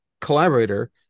collaborator